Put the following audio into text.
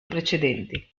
precedenti